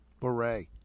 beret